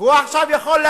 והוא יכול עכשיו להגיד,